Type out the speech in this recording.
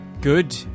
good